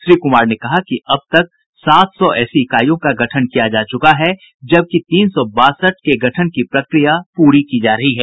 श्री कुमार ने कहा कि अब तक दो सौ सात ऐसी इकाईयों का गठन किया जा चुका है जबकि तीन सौ बासठ के गठन की प्रक्रिया पूरी की जा रही है